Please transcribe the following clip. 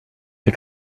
you